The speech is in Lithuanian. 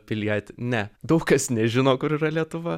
pilietį ne daug kas nežino kur yra lietuva